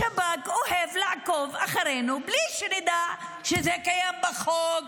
השב"כ אוהב לעקוב אחרינו בלי שנדע שזה קיים בחוק.